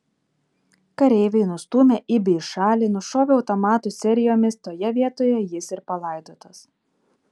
kareiviai nustūmę ibį į šalį nušovė automatų serijomis toje vietoje jis ir palaidotas